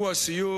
הוא הסיוג.